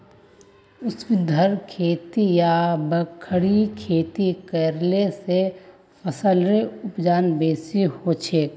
ऊर्ध्वाधर खेती या खड़ी खेती करले स फसलेर उपज बेसी हछेक